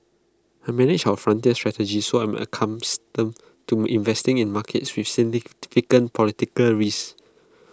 I manage our frontier strategy so I'm accustomed to investing in markets with significant political risk